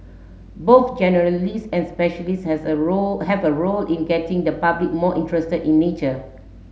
both generalist and specialist has a role have a role in getting the public more interested in nature